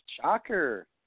Shocker